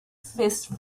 fist